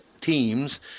teams